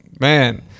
Man